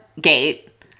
gate